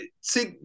see